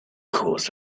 caused